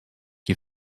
you